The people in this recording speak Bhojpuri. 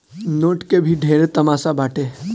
नोट के भी ढेरे तमासा बाटे